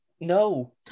No